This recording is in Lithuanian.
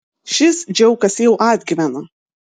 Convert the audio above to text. šis džiaukas jau atgyvena